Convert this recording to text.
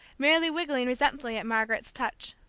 merely wriggling resentfully at margaret's touch.